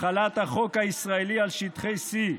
החלת החוק הישראלי על שטחי C,